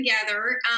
together